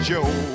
Joe